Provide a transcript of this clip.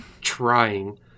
trying